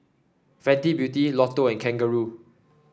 Fenty Beauty Lotto and Kangaroo